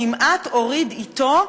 כמעט הוריד אתו,